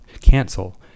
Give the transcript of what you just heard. cancel